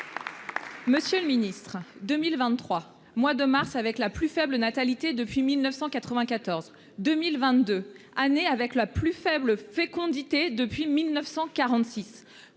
Monsieur le Ministre, 2023 mois de mars avec la plus faible natalité depuis 1994 2022 années avec la plus faible fécondité depuis 1946.